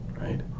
right